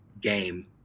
game